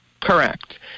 Correct